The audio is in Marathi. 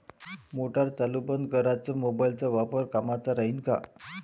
मोटार चालू बंद कराच मोबाईलचा वापर कामाचा राहीन का?